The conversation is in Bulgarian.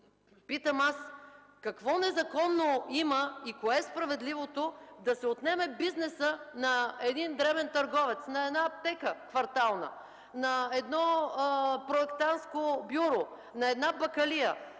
Питам аз: какво незаконно има и кое е справедливото да се отнеме бизнесът на един дребен търговец, на една квартална аптека, на едно проектантско бюро, на една бакалия